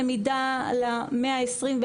למידה למאה ה-21,